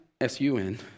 S-U-N